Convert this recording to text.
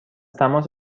تماس